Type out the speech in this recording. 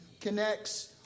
connects